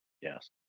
Yes